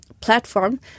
platform